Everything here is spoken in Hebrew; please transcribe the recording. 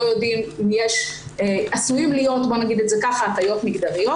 יודעים אם עשויים להיות הטיות מגדריות.